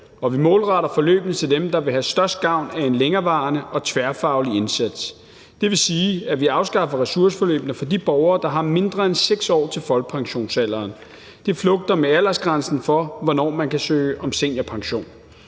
og vi målretter forløbene til dem, der vil have størst gavn af en længerevarende og tværfaglig indsats. Det vil sige, at vi afskaffer ressourceforløbene for de borgere, der har mindre end 6 år til folkepensionsalderen. Det flugter med aldersgrænsen for, hvornår man kan søge om seniorpension.